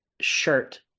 shirt